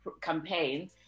campaign